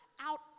out